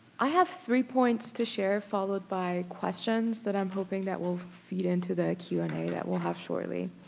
i have three points to share followed by questions that i'm hoping that will feed into the q and a that we'll have shortly.